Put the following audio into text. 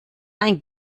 ein